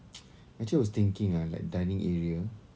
actually I was thinking ah like dining area